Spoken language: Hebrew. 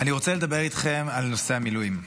אני רוצה לדבר איתכם על נושא המילואים,